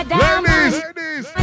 ladies